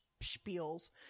Spiel's